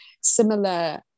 similar